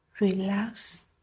Relax